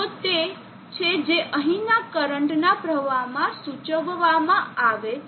તો તે છે જે અહીંના કરંટના પ્રવાહમાં સૂચવવામાં આવે છે